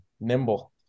nimble